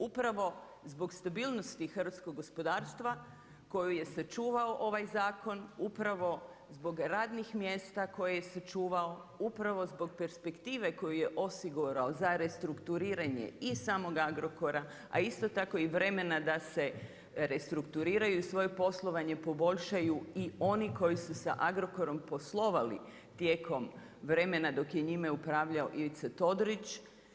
Upravo zbog stabilnosti hrvatskog gospodarstva, koju je sačuvao ovaj zakon upravo zbog radnih mjesta koji se čuvao, upravo zbog perspektive koju je osigurao za restrukturiranje i samog Agrokora, a isto tako i vremena da se restrukturiraju i svoje poslovanje poboljšaju i oni koji su sa Agrokorom poslovali tijekom vremena, dok je njime upravljao Ivica Todorić.